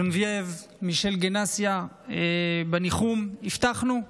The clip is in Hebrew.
ז'נבייב, מישל גנסיה, בניחום הבטחנו,